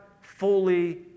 fully